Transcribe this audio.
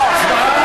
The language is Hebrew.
הצבעה